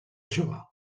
jove